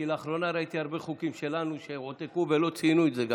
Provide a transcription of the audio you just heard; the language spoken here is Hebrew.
כי לאחרונה ראיתי הרבה חוקים שלנו שהועתקו ולא ציינו את זה.